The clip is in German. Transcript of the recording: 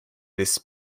des